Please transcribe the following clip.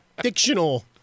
fictional